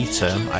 term